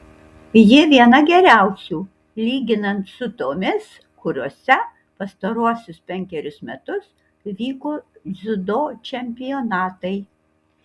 ji viena geriausių lyginant su tomis kuriose pastaruosius penkerius metus vyko dziudo čempionatai